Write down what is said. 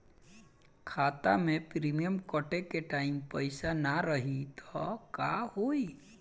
खाता मे प्रीमियम कटे के टाइम पैसा ना रही त का होई?